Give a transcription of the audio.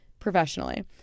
professionally